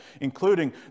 including